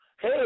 Hey